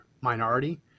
minority